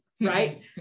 right